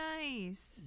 nice